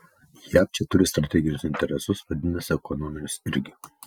jav čia turi strateginius interesus vadinasi ekonominius irgi